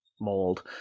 mold